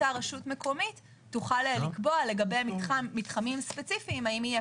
אותה רשות מקומית תוכל לקבוע לגבי מתחמים ספציפיים האם יהיה